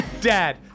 dad